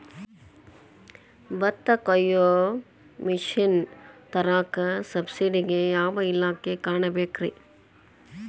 ಭತ್ತ ಕೊಯ್ಯ ಮಿಷನ್ ತರಾಕ ಸಬ್ಸಿಡಿಗೆ ಯಾವ ಇಲಾಖೆ ಕಾಣಬೇಕ್ರೇ?